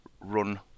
run